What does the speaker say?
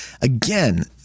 Again